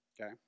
Okay